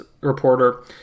reporter